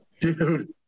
Dude